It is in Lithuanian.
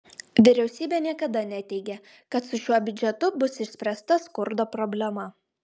vyriausybė niekada neteigė kad su šiuo biudžetu bus išspręsta skurdo problema